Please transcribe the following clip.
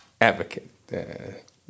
advocate